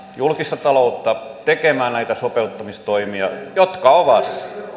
julkista taloutta tekemään näitä sopeuttamistoimia ne ovat